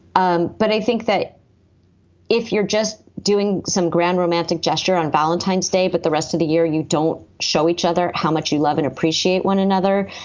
um but i think that if you're just doing some grand romantic gesture on valentine's day, but the rest of the year, you don't show each other how much you love and appreciate one another,